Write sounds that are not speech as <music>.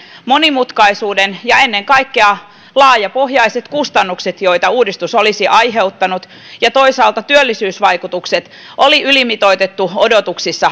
monimutkaisuuden ja ennen kaikkea laajapohjaiset kustannukset joita uudistus olisi aiheuttanut ja toisaalta työllisyysvaikutukset oli ylimitoitettu odotuksissa <unintelligible>